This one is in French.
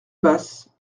basse